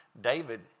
David